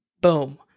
boom